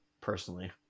personally